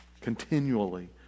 continually